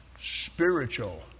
spiritual